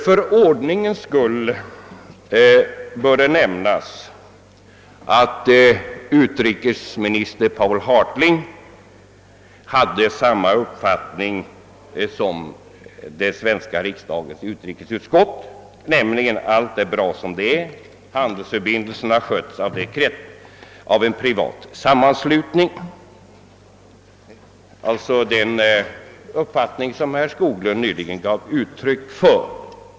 För ordningens skull bör det nämnas att utrikesminister Poul Hartling gav uttryck för samma uppfattning som den svenska riksdagens utrikesutskott har, nämligen att allt är bra som det är och att handelsförbindelserna sköts bättre av en privat sammanslutning. Detta överensstämmer alltså med vad herr Skoglund nyligen yttrat.